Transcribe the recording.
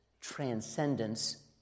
transcendence